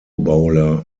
bowler